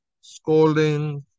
scolding